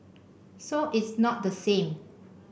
so it's not the same